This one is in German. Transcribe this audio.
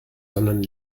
sondern